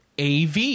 AV